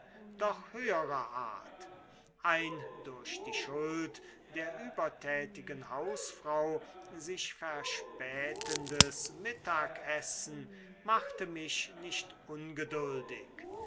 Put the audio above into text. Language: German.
doch höherer art ein durch die schuld der übertätigen hausfrau sich verspätendes mittagessen machte mich nicht ungeduldig